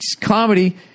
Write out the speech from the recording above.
comedy